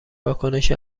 واکنش